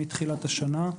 מתחילת השנה,